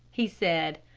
he said,